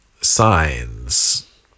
signs